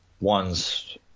one's